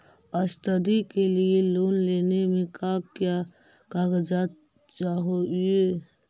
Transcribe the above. Study के लिये loan लेने मे का क्या कागजात चहोये?